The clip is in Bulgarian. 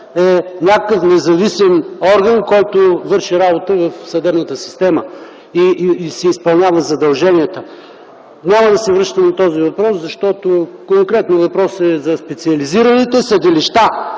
е някакъв независим орган, който върши работа в съдебната система и си изпълнява задълженията. Няма да се връщам на този въпрос, защото конкретно въпросът е за специализираните съдилища.